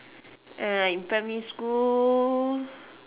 in primary school